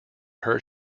heard